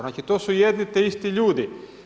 Znači to su jedni te isti ljudi.